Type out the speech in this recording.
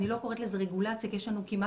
אני לא קוראת לזה רגולציה כי יש לנו אובר-רגולציה